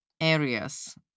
areas